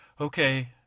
Okay